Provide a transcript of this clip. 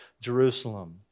Jerusalem